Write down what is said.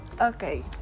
Okay